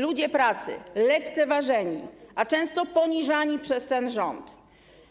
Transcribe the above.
Ludzie pracy, lekceważeni, a często poniżani przez ten rząd,